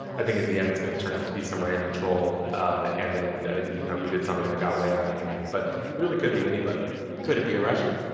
i think, in the end, it's going to turn out to be some random troll ah and then you know, who did something that got way out of hand. but it really could be anybody could it be a russian?